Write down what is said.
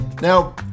Now